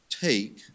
take